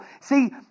See